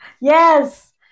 Yes